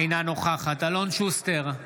אינה נוכחת אלון שוסטר,